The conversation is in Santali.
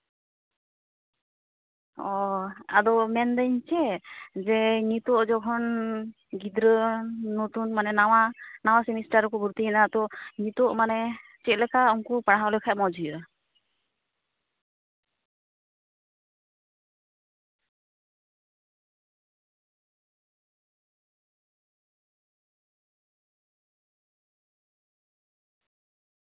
ᱚᱸᱻ ᱟᱫᱚ ᱢᱮᱱᱫᱟᱹᱧ ᱪᱮᱫ ᱡᱮ ᱱᱤᱛᱳᱜ ᱡᱚᱠᱷᱚᱱ ᱜᱤᱫᱽᱨᱟᱹ ᱱᱚᱛᱩᱱ ᱢᱟᱱᱮ ᱱᱟᱣᱟ ᱱᱟᱣᱟ ᱥᱮᱢᱤᱥᱟᱨ ᱨᱮᱠᱚ ᱵᱷᱩᱨᱛᱤᱭᱱᱟ ᱛᱚ ᱱᱤᱛᱳᱜ ᱢᱟᱱᱮ ᱪᱮᱫᱞᱮᱠᱟ ᱩᱱᱠᱩ ᱯᱟᱲᱦᱟᱣ ᱞᱮᱠᱷᱟᱡ ᱢᱚᱡᱽ ᱦᱩᱭᱩᱜᱼᱟ